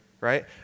right